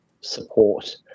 support